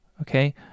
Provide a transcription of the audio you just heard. okay